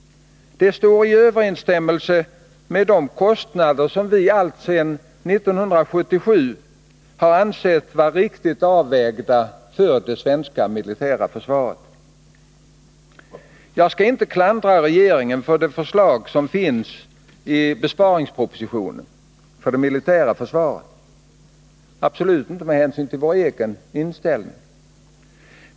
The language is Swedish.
Det står i överensstämmelse med de kostnader som vi alltsedan 1977 har ansett riktigt avvägda för det svenska militära försvaret. Jag skall inte klandra regeringen för det förslag som vi fått i besparingspropositionen angående det militära försvaret. Det skall jag med hänsyn till vår egen inställning absolut inte göra.